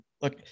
Look